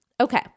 Okay